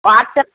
WhatsApp